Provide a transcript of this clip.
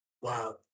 wow